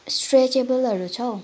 स्ट्रेचेबलहरू छ हौ